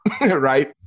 right